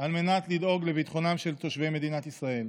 על מנת לדאוג לביטחונם של תושבי מדינת ישראל.